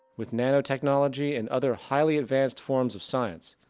with nano technology and other highly advanced forms of science,